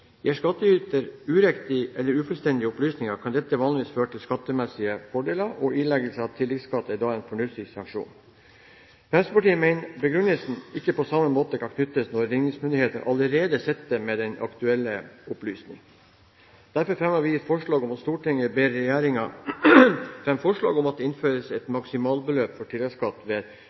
Gir skattyter uriktige eller ufullstendige opplysninger, kan dette vanligvis føre til skattemessige fordeler, og ileggelse av tilleggsskatt er da en fornuftig sanksjon. Fremskrittspartiet mener begrunnelsen ikke på samme måte kan benyttes når ligningsmyndighetene allerede sitter på de aktuelle opplysningene. Derfor fremmer vi følgende forslag: «Stortinget ber regjeringen fremme forslag om at det innføres et maksimalbeløp for tilleggsskatt ved